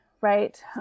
Right